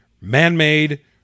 man-made